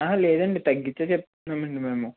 లేదు అండి తగ్గించే చెబుతున్నామండి మేము